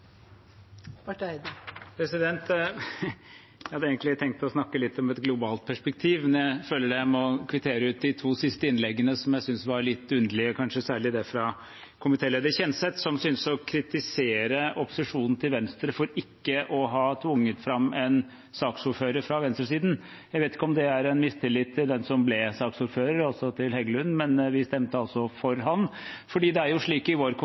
Jeg hadde egentlig tenkt å snakke litt om et globalt perspektiv, men jeg føler jeg må kvittere ut de to siste innleggene, som jeg syntes var litt underlige, kanskje særlig det fra komitéleder Kjenseth, som syntes å kritisere opposisjonen til venstre for ikke å ha tvunget fram en saksordfører fra venstresiden. Jeg vet ikke om det er en mistillit til den som ble saksordfører, altså til Heggelund, men vi stemte altså for ham. For det er jo slik i vår